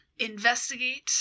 investigate